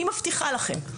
אני מבטיחה לכם,